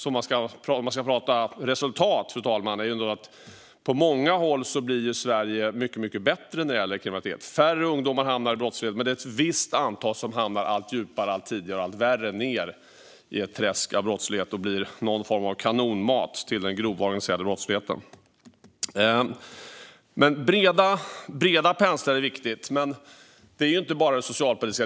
Om man ska tala resultat har Sverige på många håll blivit mycket bättre när det gäller kriminalitet. Färre ungdomar hamnar i brottslighet. Men ett visst antal hamnar tidigare allt djupare och längre ned i ett träsk av brottslighet och blir någon form av kanonmat till den grova organiserade brottsligheten. Breda penslar är viktigt. Men det här gäller inte bara det socialpolitiska.